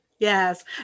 Yes